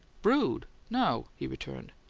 brood? no! he returned.